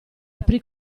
aprì